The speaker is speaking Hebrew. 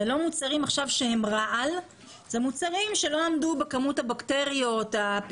אלה לא מוצרים שהם רעל אלא אלה מוצרים שלא עמדו בכמות הבקטריות,